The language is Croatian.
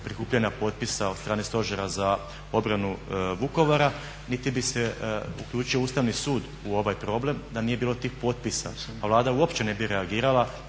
prikupljanja potpisa od strane Stožera za obranu Vukovara niti bi se uključio Ustavni sud u ovaj problem da nije bilo tih potpisa. A Vlada uopće ne bi reagirala